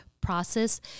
process